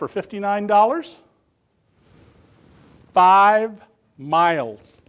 for fifty nine dollars five miles